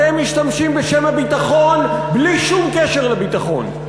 אתם משתמשים בשם הביטחון בלי שום קשר לביטחון.